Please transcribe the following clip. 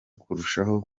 kurushaho